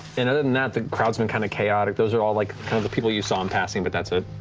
and other than that, the crowd's been kind of chaotic. those are all like kind of the people you saw in passing, but that's it.